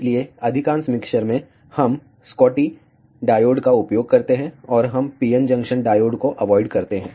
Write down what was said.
इसलिए अधिकांश मिक्सर में हम स्कोटकी डायोड का उपयोग करते हैं और हम PN जंक्शन डायोड को अवॉइड करते हैं